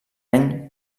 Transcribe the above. any